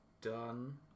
done